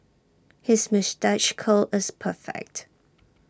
his moustache curl is perfect